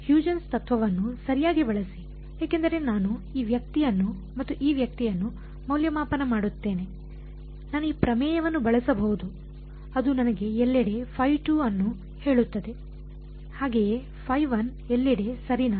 Huygens ತತ್ವವನ್ನು ಸರಿಯಾಗಿ ಬಳಸಿ ಏಕೆಂದರೆ ನಾನು ಈ ವ್ಯಕ್ತಿಯನ್ನು ಮತ್ತು ಈ ವ್ಯಕ್ತಿಯನ್ನು ಮೌಲ್ಯಮಾಪನ ಮಾಡುತ್ತೇನೆ ನಾನು ಈ ಪ್ರಮೇಯವನ್ನು ಬಳಸಬಹುದು ಅದು ನನಗೆ ಎಲ್ಲೆಡೆ ಅನ್ನು ಹೇಳುತ್ತದೆ ಹಾಗೆಯೆ ಎಲ್ಲೆಡೆ ಸರಿನಾ